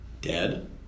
dead